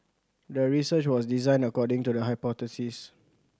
the research was designed according to the hypothesis